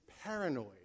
Paranoid